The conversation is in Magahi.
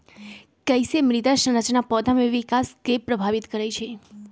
कईसे मृदा संरचना पौधा में विकास के प्रभावित करई छई?